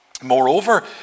Moreover